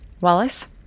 Wallace